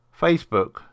Facebook